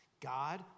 God